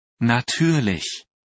Natürlich